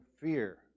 fear